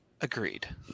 Agreed